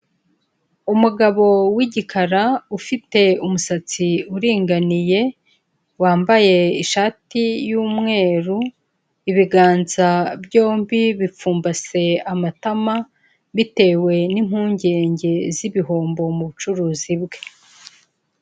Umugabo w'igikara ufite umusatsi uringaniye wambaye ishati y'umweru ,ibiganza byombi bipfumbase amatama, bitewe n'impungenge z'ibihombo mubucuruzi bwe.